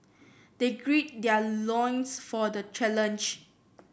they grid their loins for the challenge